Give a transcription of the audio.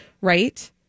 Right